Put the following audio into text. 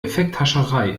effekthascherei